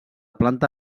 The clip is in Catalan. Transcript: planta